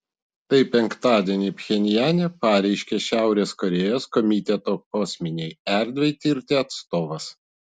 tai penktadienį pchenjane pareiškė šiaurės korėjos komiteto kosminei erdvei tirti atstovas